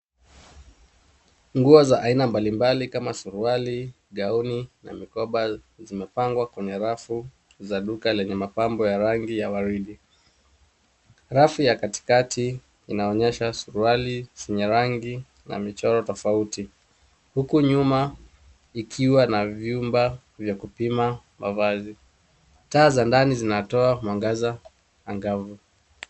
Nguo za aina mbalimbali kama suruali, gauni na mikoba zimepangwa kwenye rafu za duka lenye mapambo ya rangi ya waridi. Rafu ya katikati inaonyesha suruali zenye rangi na michoro tofauti, huku nyuma ikiwa na vyumba vya kupima mavazi. Taa za ndani zinatoa mwangaza angavu.